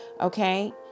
Okay